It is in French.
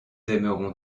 aimeront